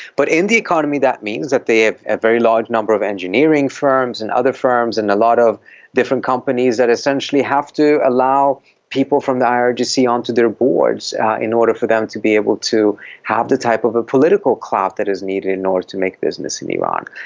but in the economy that means that they have a very large number of engineering firms and other firms and a lot of different companies that essentially have to allow people from the irgc onto their boards in order for them to be able to have the type of political clout that is needed in order to make business in iran.